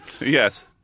Yes